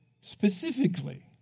specifically